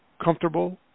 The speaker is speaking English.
comfortable